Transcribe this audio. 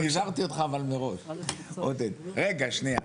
רגע, שנייה.